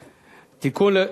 לא,